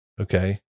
Okay